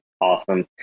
awesome